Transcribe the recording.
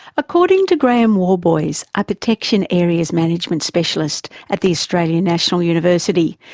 according to graeme worboys, a protection areas management specialist at the australian national university,